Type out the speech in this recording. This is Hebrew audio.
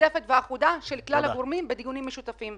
משותפת ואחידה של כלל הגורמים בדיונים משותפים.